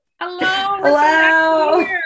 Hello